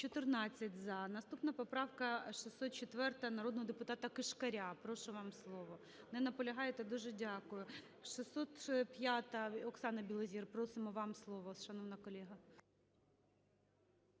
За-14 Наступна, поправка 604 народного депутата Кишкаря. Прошу, вам слово. Не наполягаєте. Дуже дякую. 605-а, Оксана Білозір, просимо, вам слово, шановна колего.